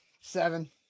Seven